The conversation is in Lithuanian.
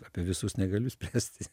apie visus negaliu spręsti